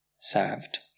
served